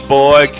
boy